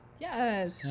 Yes